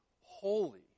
holy